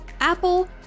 Apple